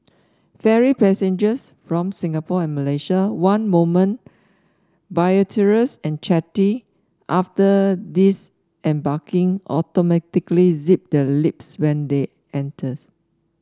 ferry passengers from Singapore and Malaysia one moment boisterous and chatty after disembarking automatically zip their lips when they enter